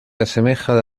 asemeja